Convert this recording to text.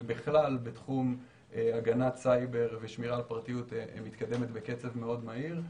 ובכלל בתחום הגנת סייבר ושמירה על הפרטיות מתקדמת בקצב מאוד מהיר.